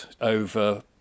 over